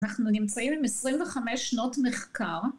אנחנו נמצאים עם 25 שנות מחקר.